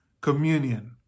Communion